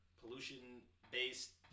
pollution-based